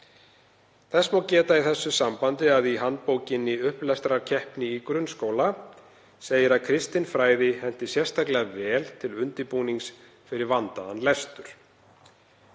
Þess má geta í þessu sambandi að í handbókinni Upplestrarkeppni í grunnskóla segir að kristinfræði henti sérstaklega vel til undirbúnings fyrir vandaðan lestur.